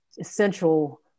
essential